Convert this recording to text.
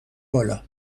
بالا